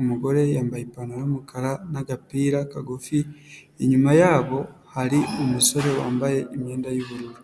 umugore yambaye ipantaro y'umukara n'agapira kagufi, inyuma yabo hari umusore wambaye imyenda y'ubururu.